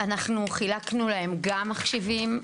אנחנו חילקנו להם גם מחשבים,